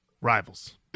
rivals